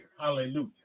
Hallelujah